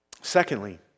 Secondly